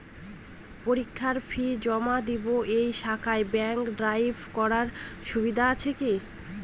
পরীক্ষার ফি জমা দিব এই শাখায় ব্যাংক ড্রাফট করার সুবিধা আছে কি?